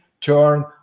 turn